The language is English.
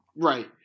right